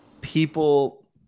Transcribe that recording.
people